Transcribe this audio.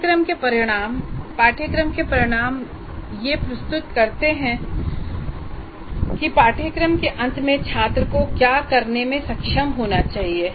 पाठ्यक्रम के परिणाम पाठ्यक्रम के परिणाम ये प्रस्तुत करते हैं कि पाठ्यक्रम के अंत में छात्रों को क्या करने में सक्षम होना चाहिए